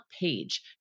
Page